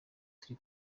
turi